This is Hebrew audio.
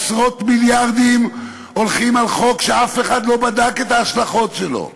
עשרות מיליארדים הולכים על חוק שאף אחד לא בדק את ההשלכות שלו,